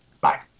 Bye